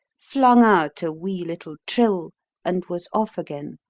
flung out a wee little trill, and was off again.